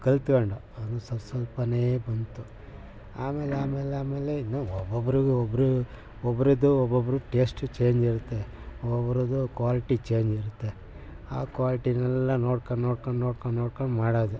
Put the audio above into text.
ಕಲ್ತ್ಕೊಂಡು ಅದು ಸ ಸ್ವಲ್ಪನೇ ಬಂತು ಆಮೇಲೆ ಆಮೇಲೆ ಆಮೇಲೆ ಇನ್ನೂ ಒಬ್ಬೊಬ್ರಿಗೆ ಒಬ್ಬರು ಒಬ್ಬರದು ಒಬ್ಬೊಬ್ರದ್ದು ಟೇಶ್ಟು ಚೇಂಜ್ ಇರುತ್ತೆ ಒಬ್ಬೊಬ್ರದ್ದು ಕ್ವಾಲಿಟಿ ಚೇಂಜ್ ಇರುತ್ತೆ ಆ ಕ್ವಾಲಿಟಿನೆಲ್ಲ ನೋಡ್ಕೊಂಡು ನೋಡ್ಕೊಂಡು ನೋಡ್ಕೊಂಡು ನೋಡ್ಕೊಂಡು ಮಾಡೋದು